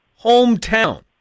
hometown